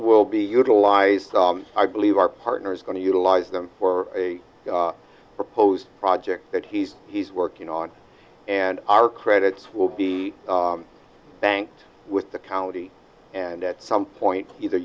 will be utilized i believe our partner is going to utilize them for a proposed project that he's he's working on and our credits will be banked with the county and at some point either